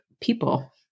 people